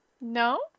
No